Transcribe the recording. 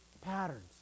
patterns